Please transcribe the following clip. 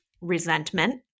resentment